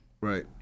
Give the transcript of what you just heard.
Right